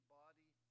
body